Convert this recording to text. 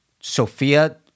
Sophia